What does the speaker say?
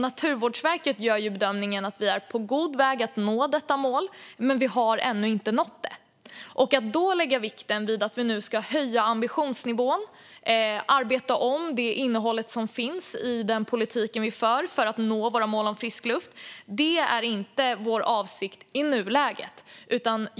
Naturvårdsverket gör bedömningen att vi är på god väg att nå detta mål, men vi har ännu inte nått det. Att då lägga vikten vid att vi nu ska höja ambitionsnivån och arbeta om det innehåll som finns i den politik vi bedriver för att nå målet om frisk luft är inte vår avsikt i nuläget.